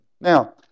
Now